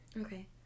Okay